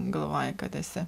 galvoji kad esi